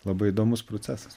labai įdomus procesas